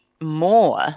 More